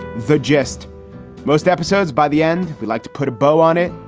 the gist most episodes by the end, would like to put a bow on it.